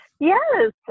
Yes